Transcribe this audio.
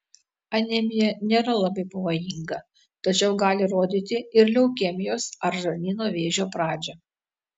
anemija nėra labai pavojinga tačiau gali rodyti ir leukemijos ar žarnyno vėžio pradžią